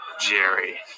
Jerry